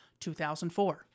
2004